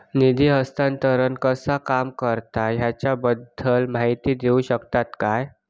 निधी हस्तांतरण कसा काम करता ह्याच्या बद्दल माहिती दिउक शकतात काय?